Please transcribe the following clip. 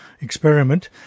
experiment